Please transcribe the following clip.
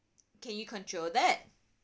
can you control that